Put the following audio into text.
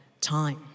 time